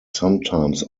sometimes